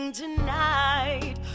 tonight